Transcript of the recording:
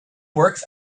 works